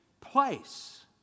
place